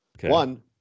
one